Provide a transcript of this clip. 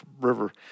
river